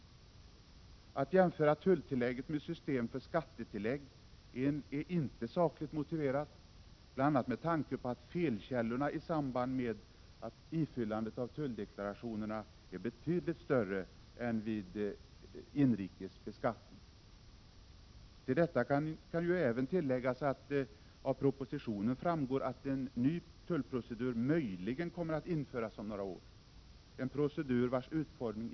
Att jämföra tulltillägget med systemet för skattetillägg är inte sakligt motiverat bl.a. med tanke på att felkällorna i samband med ifyllande av tulldeklarationerna är betydligt större än vid inrikes beskattning. Till detta kan ju även tilläggas att det av propositionen framgår att en ny tullprocedur möjligen kommer att införas om några år.